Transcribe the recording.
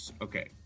Okay